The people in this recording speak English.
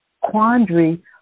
quandary